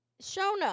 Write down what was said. shona